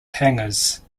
hangars